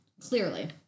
Clearly